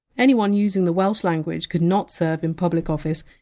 anyone using the welsh language could not serve in public office,